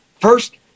First